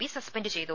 P suspend ചെയ്തു